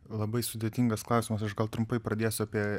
labai sudėtingas klausimas aš gal trumpai pradėsiu apie